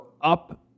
up